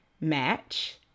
Match